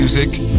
Music